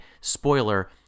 spoiler